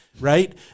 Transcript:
right